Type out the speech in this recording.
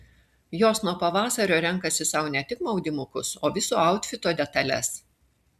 jos nuo pavasario renkasi sau ne tik maudymukus o viso autfito detales